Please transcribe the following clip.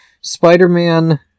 Spider-Man